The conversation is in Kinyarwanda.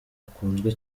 akunzwe